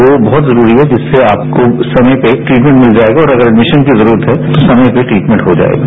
वो बहुत जरूरी है जिससे आपको समय पर ट्रीटमेंट मिल जाएगा और अगर एडमिशन की जरूरत है तो समय पर ट्रीटमेंट हो जाएगा